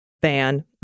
ban